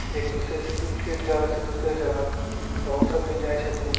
एक दूसरे से एक जगह से दूसरे जगह ओ सब भी जाइ छथिन